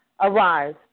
Arise